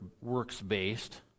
works-based